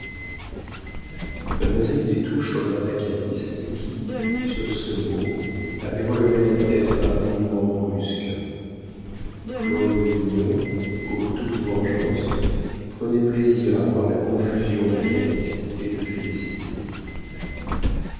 touches regarda calyste qui sur ce mot avait relevé la tête par un mouvement brusque claude vignon pour toute vengeance prenait plaisir à voir la confusion de calyste et de félicité